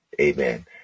amen